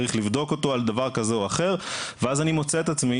צריך לבדוק אותו על דבר כזה או אחר ואז אני מוצא את עצמי